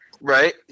Right